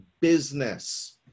business